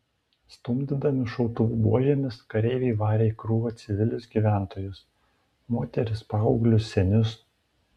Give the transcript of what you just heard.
stumdydami šautuvų buožėmis kareiviai varė į krūvą civilius gyventojus moteris paauglius senius